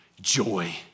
joy